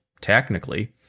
technically